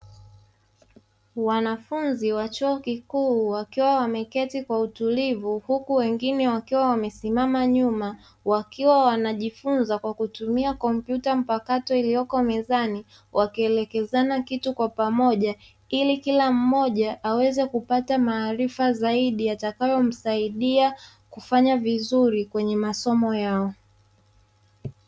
Wanafunzi wa chuo kikuu wakiwa wameketi kwa utulivu huku wengine wakiwa wamesimama nyuma wakiwa wanajifunza kwa kutumia kompyuta mpakato iliyopo mezani, wakielekezana kitu kwa pamoja ili kila mmoja aweze kupata maarifa zaidi yatakayomsaidia kufanya vizuri zaidi kwenye masomo yao.